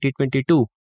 2022